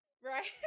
right